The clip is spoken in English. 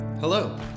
Hello